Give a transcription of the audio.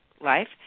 life